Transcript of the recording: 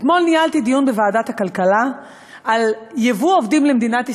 אתמול ניהלתי דיון בוועדת הכלכלה על ייבוא עובדים למדינת ישראל.